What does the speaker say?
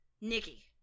Nikki